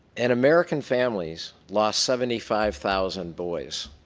and american families lost seventy five thousand boys.